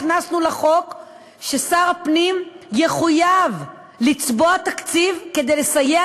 הכנסנו לחוק ששר פנים יחויב לצבוע תקציב כדי לסייע